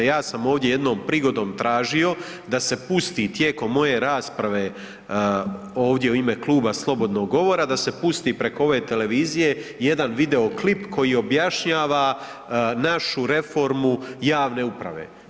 Ja sam ovdje jednom prigodom tražio da se pusti tijekom moje rasprave ovdje u ime kluba slobodnog govora, da se pusti preko ove televizije jedan video klip koji objašnjava našu reformu javne uprave.